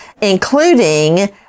including